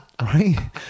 right